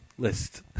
list